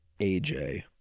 AJ